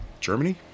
Germany